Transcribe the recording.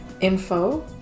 info